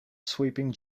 sweeping